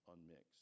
unmixed